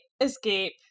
escape